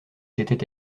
s’était